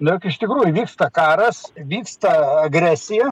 jog iš tikrųjų vyksta karas vyksta agresija